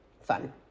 fun